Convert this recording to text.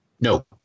No